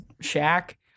shack